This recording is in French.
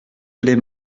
les